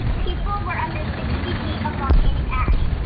people were under sixty feet of volcanic ash.